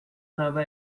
nova